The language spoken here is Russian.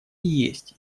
есть